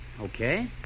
Okay